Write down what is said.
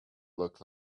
look